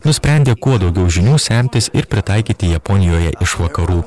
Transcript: nusprendė kuo daugiau žinių semtis ir pritaikyti japonijoje iš vakarų